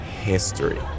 history